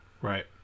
Right